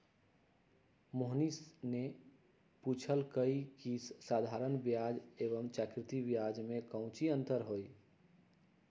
मोहिनी ने पूछल कई की साधारण ब्याज एवं चक्रवृद्धि ब्याज में काऊची अंतर हई?